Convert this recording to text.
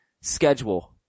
schedule